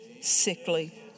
sickly